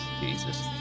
Jesus